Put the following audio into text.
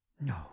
No